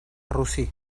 rossí